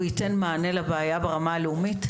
הוא ייתן מענה לבעיה ברמה הלאומית?